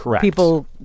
people